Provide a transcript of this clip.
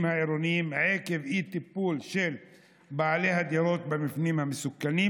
העירוניים עקב אי-טיפול של בעלי הדירות במבנים מסוכנים,